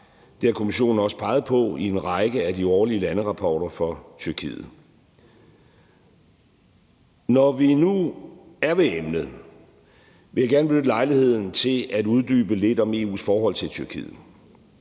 Det har Kommissionen også peget på i en række af de årlige landerapporter for Tyrkiet. Når vi nu er ved emnet, vil jeg gerne benytte lejligheden til at uddybe lidt om EU's forhold til Tyrkiet.